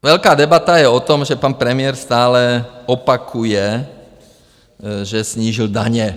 Velká debata je o tom, že pan premiér stále opakuje, že snížil daně.